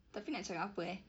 tapi nak cakap apa eh